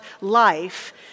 life